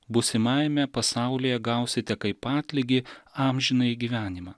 būsimajame pasaulyje gausite kaip atlygį amžinąjį gyvenimą